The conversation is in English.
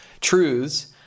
truths